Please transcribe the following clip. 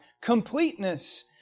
completeness